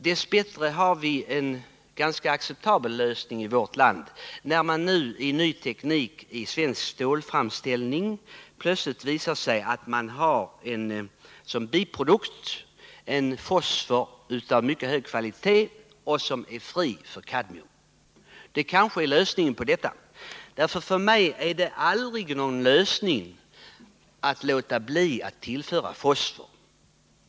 Dess bättre har vi en ganska acceptabel lösning i vårt land, när det nu i ny teknik vid svensk stålframställning plötsligt har visat sig att man som biprodukt får en fosfor av mycket hög kvalitet som är fri från kadmium. Det kanske är lösningen på detta problem. För mig kan det aldrig bli någon lösning att man låter bli att tillföra fosfor.